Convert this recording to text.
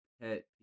pet